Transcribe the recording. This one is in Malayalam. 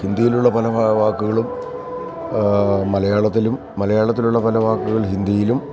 ഹിന്ദിയിലുള്ള പല വാക്കുകളും മലയാളത്തിലും മലയാളത്തിലുള്ള പല വാക്കുകൾ ഹിന്ദിയിലും